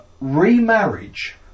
remarriage